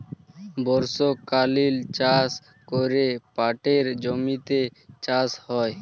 বর্ষকালীল চাষ ক্যরে পাটের জমিতে চাষ হ্যয়